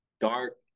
dark